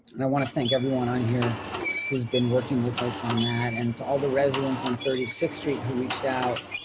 and i want to thank everyone on here who's been working with us on that and to all the residents on thirty six street who reached out.